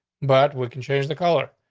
but we can change the color.